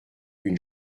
une